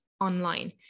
online